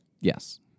Yes